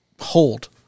hold